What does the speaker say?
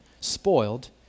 spoiled